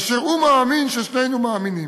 אשר הוא מאמין, ששנינו מאמינים".